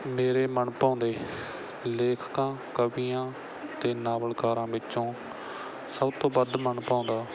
ਮੇਰੇ ਮਨਭਾਉਂਦੇ ਲੇਖਕਾਂ ਕਵੀਆਂ ਅਤੇ ਨਾਵਲਕਾਰਾਂ ਵਿੱਚੋਂ ਸਭ ਤੋਂ ਵੱਧ ਮਨਭਾਉਂਦਾ